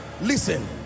Listen